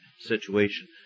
situation